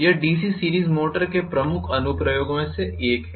यह DC series motor के प्रमुख अनुप्रयोगों में से एक है